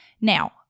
Now